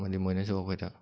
ꯑꯃꯗꯤ ꯃꯣꯏꯅꯁꯨ ꯑꯩꯈꯣꯏꯗ